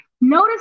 Notice